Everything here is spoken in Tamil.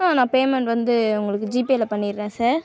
ஆ நான் பேமெண்ட் வந்து உங்களுக்கு ஜிபேயில் பண்ணிடுறேன் சார்